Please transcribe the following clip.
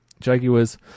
Jaguars